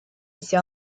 撤销